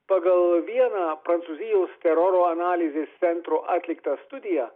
pagal vieną prancūzijos teroro analizės centro atliktą studiją